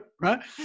right